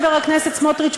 חבר הכנסת סמוטריץ,